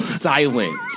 silent